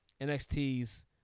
NXT's